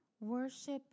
Worship